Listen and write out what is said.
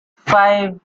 five